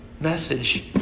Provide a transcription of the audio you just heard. message